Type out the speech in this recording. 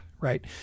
Right